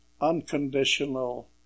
unconditional